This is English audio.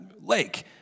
lake